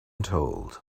told